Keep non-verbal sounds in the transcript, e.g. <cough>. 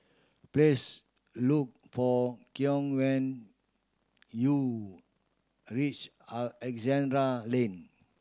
please look for Keon when you reach <unintelligible> Alexandra Lane